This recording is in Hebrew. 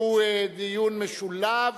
שהוא דיון משולב.